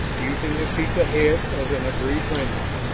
using the peak ahead as an agreed landmark,